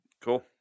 Cool